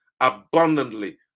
abundantly